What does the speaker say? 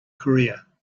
career